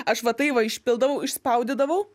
aš va tai va išpildau išspaudydavau